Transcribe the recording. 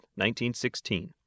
1916